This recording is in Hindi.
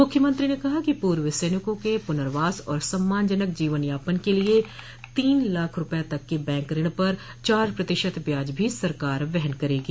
मुख्यमंत्री ने कहा कि पूर्व सैनिकों के पुनर्वास और सम्मानजनक जीवन यापन के लिय तीन लाख रूपये तक के बैंक ऋण पर चार प्रतिशत ब्याज भी सरकार वहन करेगी